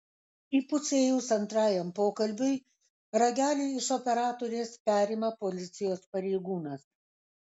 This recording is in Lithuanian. įpusėjus antrajam pokalbiui ragelį iš operatorės perima policijos pareigūnas